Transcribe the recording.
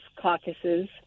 caucuses